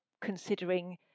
considering